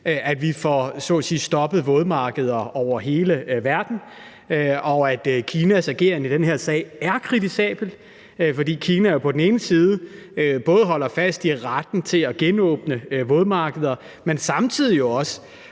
at vi får stoppet vådmarkeder i hele verden, og at Kinas ageren i den her sag er kritisabel, fordi Kina både holder fast i retten til at genåbne vådmarkeder, men samtidig har